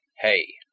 Hey